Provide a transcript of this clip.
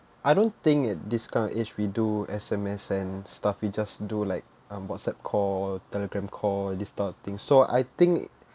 I don't think at this kind of age we do S_M_S and stuff we just do like um whatsapp call telegram call this type of thing so I think